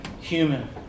human